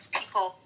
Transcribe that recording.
people